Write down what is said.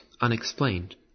unexplained